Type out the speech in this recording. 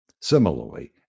Similarly